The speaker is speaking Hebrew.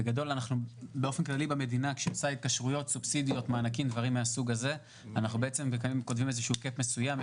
כשהמדינה עושה התקשרויות ומענקים אנחנו קובעים --- מסוים.